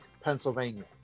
Pennsylvania